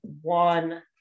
one